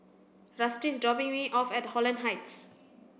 Rusty is dropping me off at Holland Heights